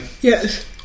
Yes